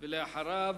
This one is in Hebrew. אחריו,